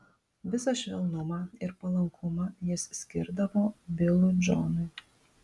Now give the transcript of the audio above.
visą švelnumą ir palankumą jis skirdavo bilui džonui